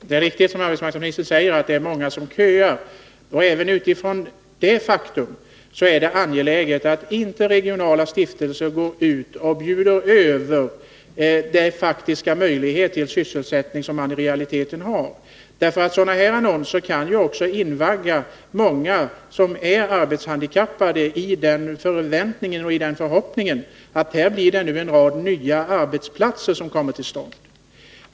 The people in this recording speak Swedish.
Herr talman! Det är riktigt som arbetsmarknadsministern säger att det är många som köar. Även utifrån detta faktum är det angeläget att inte regionala stiftelser går ut och bjuder över de faktiska möjligheter till sysselsättning som man i realiteten har. Sådana annonser kan invagga många som är arbetshandikappade i förhoppningen att en rad nya arbetsplatser nu kommer till stånd.